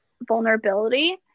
vulnerability